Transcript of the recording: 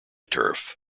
turf